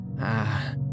Ah